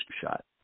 shot